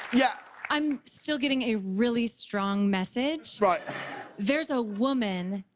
yeah i'm still getting a really strong message. there's a woman,